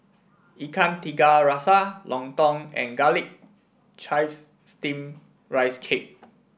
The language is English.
Ikan Tiga Rasa Lontong and garlic chives steam Rice Cake